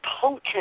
potent